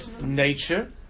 nature